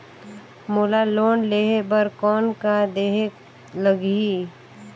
मोला लोन लेहे बर कौन का देहेक लगही?